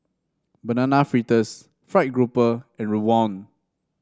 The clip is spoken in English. Banana Fritters fried grouper and Rawon